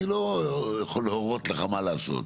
אני לא יכול להורות לך מה לעשות,